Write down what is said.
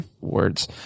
words